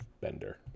Bender